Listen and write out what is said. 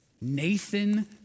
nathan